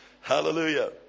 Hallelujah